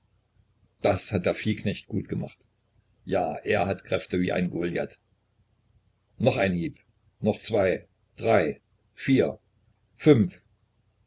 das hat der viehknecht gut gemacht ja er hat kräfte wie ein goliath noch ein hieb noch zwei drei vier fünf